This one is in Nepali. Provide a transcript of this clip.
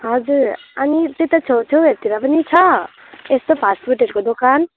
हजुर अनि त्यता छेउछाउहरूतिर पनि छ यस्तो फास्टफुडहरूको दोकान